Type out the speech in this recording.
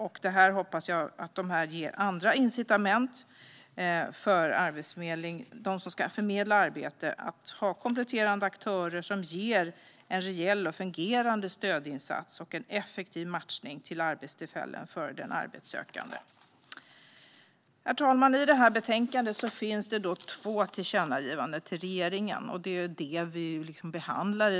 Jag hoppas att det kommer att ges andra incitament för dem som ska förmedla arbete genom att de har kompletterande aktörer som ger en reell och fungerande stödinsats och en effektiv matchning till arbetstillfällen för den arbetssökande. Herr talman! I betänkandet finns två tillkännagivanden till regeringen, vilket är vad vi behandlar.